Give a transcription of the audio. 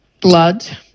blood